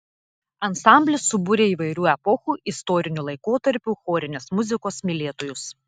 ansamblis subūrė įvairių epochų istorinių laikotarpių chorinės muzikos mylėtojus